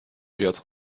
wird